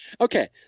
Okay